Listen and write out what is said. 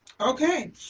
Okay